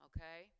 Okay